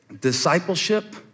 Discipleship